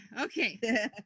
Okay